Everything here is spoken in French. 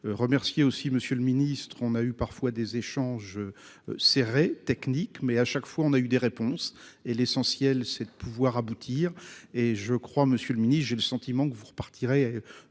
remercier aussi monsieur le ministre, on a eu parfois des échanges. Serrés technique mais à chaque fois on a eu des réponses et l'essentiel c'est de pouvoir aboutir et je crois, Monsieur le Ministre, j'ai le sentiment que vous repartirez